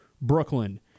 Brooklyn